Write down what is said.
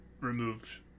removed